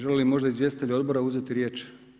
Želi li možda izvjestitelj odbora uzeti riječ?